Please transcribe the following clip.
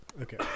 Okay